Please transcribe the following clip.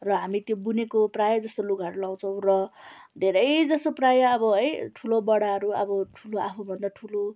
र हामी त्यो बुनेको प्रायः जस्तो लुगाहरू लाउछौँ र धेरै जसो प्रायः अब है ठुलो बडाहरू अब ठुलो आफूभन्दा ठुलो